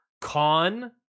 con